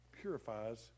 purifies